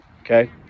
okay